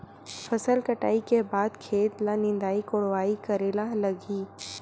फसल कटाई के बाद खेत ल निंदाई कोडाई करेला लगही?